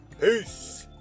peace